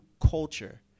culture